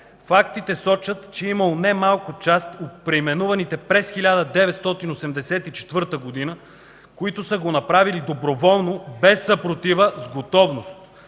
Фактите сочат, че е имало немалка част от преименуваните през 1984 г., които са го направили доброволно, без съпротива, с готовност.